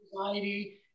anxiety